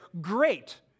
Great